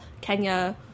Kenya